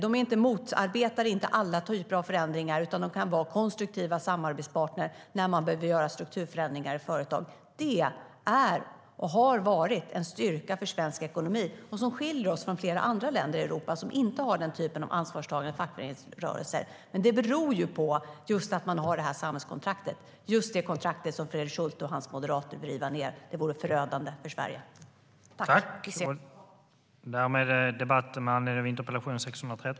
De motarbetar inte alla typer av förändringar, utan de kan vara konstruktiva samarbetspartner när man behöver göra strukturförändringar i företag. Det är, och har varit, en styrka för svensk ekonomi och är något som skiljer oss från flera andra länder i Europa som inte har den typen av ansvarstagande fackföreningsrörelser. Det beror just på samhällskontraktet, just det kontrakt som Fredrik Schulte och hans moderater vill riva ned. Det vore förödande för Sverige.